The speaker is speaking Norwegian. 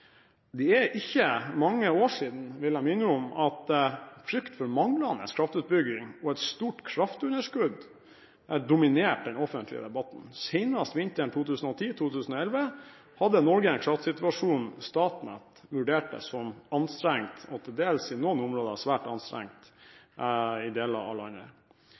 Det er ikke mange år siden, vil jeg minne om, at frykt for manglende kraftutbygging og et stort kraftunderskudd dominerte den offentlige debatten. Senest vinteren 2010–2011 hadde Norge en kraftsituasjon som Statnett vurderte som anstrengt – og til dels svært anstrengt i deler av landet.